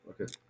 Okay